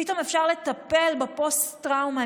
פתאום אפשר לטפל בפוסט-טראומה.